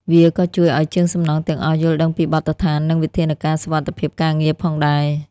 វាក៏ជួយឱ្យជាងសំណង់ទាំងអស់យល់ដឹងពីបទដ្ឋាននិងវិធានការសុវត្ថិភាពការងារផងដែរ។